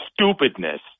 stupidness